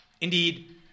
Indeed